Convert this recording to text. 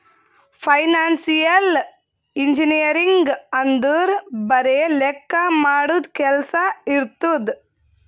financial engineering ಅಂದುರ್ ಬರೆ ಲೆಕ್ಕಾ ಮಾಡದು ಕೆಲ್ಸಾ ಇರ್ತುದ್